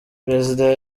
perezida